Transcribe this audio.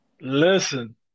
Listen